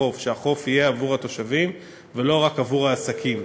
שהחוף יהיה עבור התושבים ולא רק עבור העסקים,